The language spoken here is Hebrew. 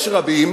יש רבים